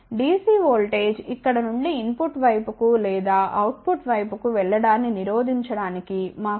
DC voltage ఇక్కడ నుండి input వైపుకు లేదా అవుట్ పుట్ వైపు వెళ్ళడాన్ని నిరోధించడానికి మాకు ఇక్కడ కప్లింగ్ కెపాసిటర్ అవసరం